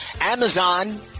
Amazon